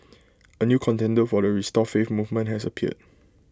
A new contender for the restore faith movement has appeared